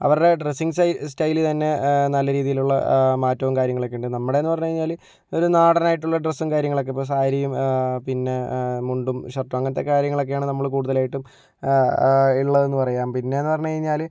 അവരുടെ dressing style തന്നെ നല്ല രീതിയിലുള്ള മാറ്റവും കാര്യങ്ങളൊക്കെ ഉണ്ട് നമ്മുടെയെന്ന് പറഞ്ഞു കഴിഞ്ഞാൽ ഒരു നാടനായിട്ടുള്ള ഡ്രസ്സും കാര്യങ്ങളൊക്കെ ഇപ്പോൾ സാരിയും പിന്നെ മുണ്ടും ഷർട്ടും അങ്ങനത്തെ കാര്യങ്ങളൊക്കെയാണ് നമ്മൾ കൂടുതലായിട്ടും ഉള്ളതെന്ന് പറയാം പിന്നെയെന്ന് പറഞ്ഞു കഴിഞ്ഞാൽ